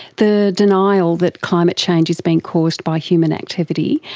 the denial that climate change has been caused by human activity,